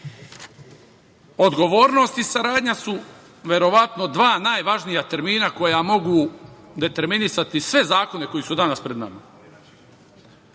Odgovornost i saradnja su verovatno dva najvažnija termina koja mogu determinisati sve zakone koji su danas pred